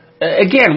Again